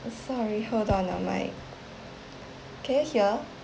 sorry hold on ah my can you hear